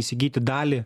įsigyti dalį